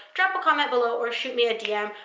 drop a comment below or shoot me a dm,